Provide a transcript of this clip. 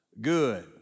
good